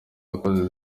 yakoze